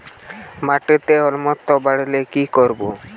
মাটিতে অম্লত্ব বাড়লে কি করব?